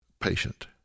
patient